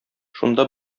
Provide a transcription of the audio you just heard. шунда